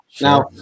now